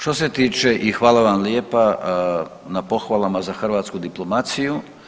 Što se tiče i hvala vam lijepa na pohvalama za hrvatsku diplomaciju.